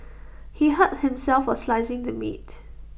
he hurt himself while slicing the meat